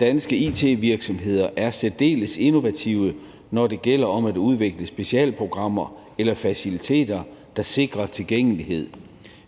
danske it-virksomheder er særdeles innovative, når det gælder om at udvikle specialprogrammer eller faciliteter, der sikrer tilgængelighed.